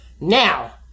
Now